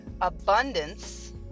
abundance